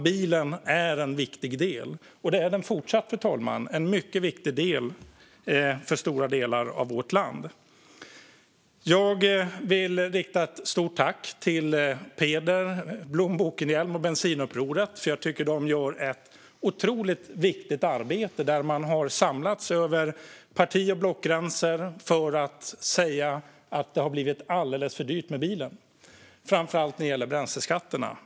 Bilen är en viktig del, och det är den fortsatt, fru talman. Den är en mycket viktig del för stora delar av vårt land. Jag vill rikta ett stort tack till Peder Blohm Bokenhielm och Bensinupproret. Jag tycker att de gör ett otroligt viktigt arbete där man har samlats över parti och blockgränser för att säga att det har blivit alldeles för dyrt med bilen, framför allt när det gäller bränsleskatterna.